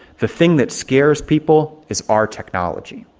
the thing that scares people is our technology.